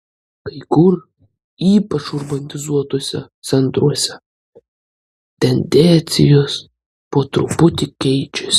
kai kur ypač urbanizuotuose centruose tendencijos po truputį keičiasi